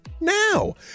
Now